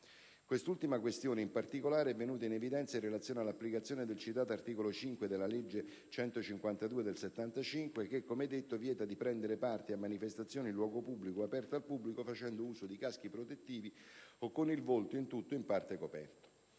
Quest'ultima questione, in particolare, è venuta in evidenza in relazione all'applicazione del citato articolo 5 della legge n. 152 del 1975 che, come detto, vieta di prendere parte a manifestazioni in luogo pubblico o aperto al pubblico facendo uso di caschi protettivi o con il volto in tutto o in parte coperto.